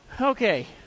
Okay